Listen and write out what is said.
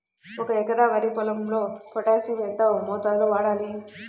ఒక ఎకరా వరి పొలంలో పోటాషియం ఎంత మోతాదులో వాడాలి?